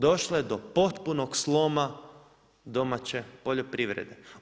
Došlo je do potpunog sloma domaće poljoprivrede.